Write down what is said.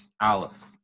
Aleph